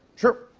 sure.